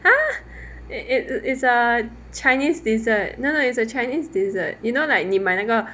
!huh! it it it is a chinese dessert no no it's a chinese dessert you know like 你买那个